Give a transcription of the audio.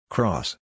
Cross